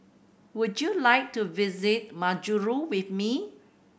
would you like to visit Majuro with me